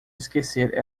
esquecer